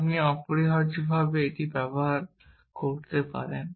আপনি অপরিহার্যভাবে এটি ব্যবহার করতে পারেন